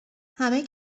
همه